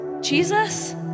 Jesus